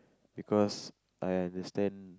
because I understand